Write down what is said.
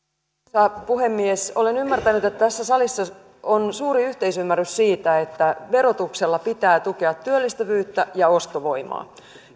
arvoisa puhemies olen ymmärtänyt että tässä salissa on suuri yhteisymmärrys siitä että verotuksella pitää tukea työllistävyyttä ja ostovoimaa